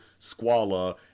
Squala